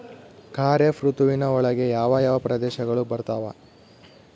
ಖಾರೇಫ್ ಋತುವಿನ ಒಳಗೆ ಯಾವ ಯಾವ ಪ್ರದೇಶಗಳು ಬರ್ತಾವ?